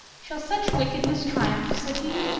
shall such wickedness triumph? said he.